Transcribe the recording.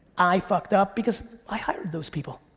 i fucked up because i hired those people.